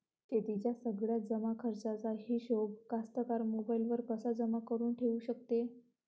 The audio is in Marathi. शेतीच्या सगळ्या जमाखर्चाचा हिशोब कास्तकार मोबाईलवर कसा जमा करुन ठेऊ शकते?